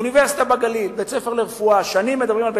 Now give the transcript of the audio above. אוניברסיטה בגליל, בית-ספר לרפואה,